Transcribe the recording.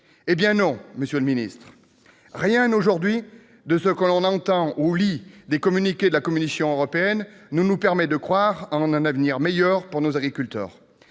Eh bien non, monsieur le ministre, rien de ce que l'on entend ou lit aujourd'hui des communiqués de la Commission européenne ne nous permet de croire à un avenir meilleur pour nos agriculteurs